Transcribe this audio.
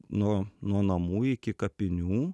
nuo nuo namų iki kapinių